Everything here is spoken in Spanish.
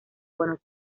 buenos